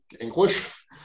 English